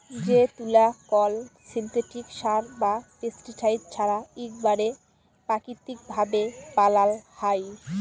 যে তুলা কল সিল্থেটিক সার বা পেস্টিসাইড ছাড়া ইকবারে পাকিতিক ভাবে বালাল হ্যয়